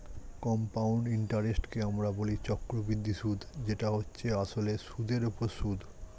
compound ইন্টারেস্টকে আমরা বলি চক্রবৃদ্ধি সুদ যেটা হচ্ছে আসলে সুদের উপর সুদ